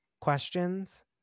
questions